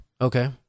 Okay